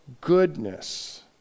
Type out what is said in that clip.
goodness